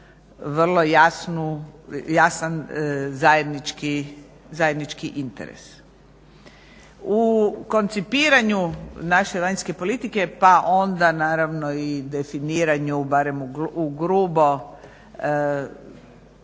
vrlo jasan zajednički interes. U koncipiranju naše vanjske politike, pa onda naravno i definiranju barem u grubo